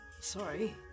sorry